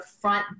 front